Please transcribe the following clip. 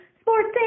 sports